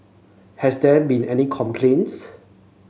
have there been any complaints